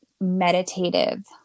meditative